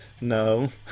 No